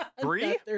Three